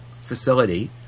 facility